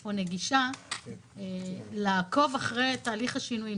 או נגישה לעקוב אחרי תהליך השינוי.